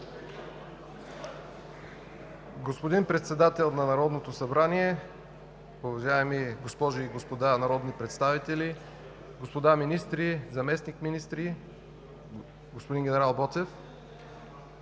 Господин Председател на Народното събрание, уважаеми госпожи и господа народни представители, господа министри, заместник-министри, господин генерал Боцев!